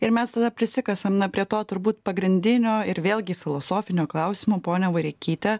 ir mes tada prisikasam na prie to turbūt pagrindinio ir vėlgi filosofinio klausimo ponia vareikyte